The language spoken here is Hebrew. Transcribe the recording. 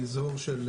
מאזור של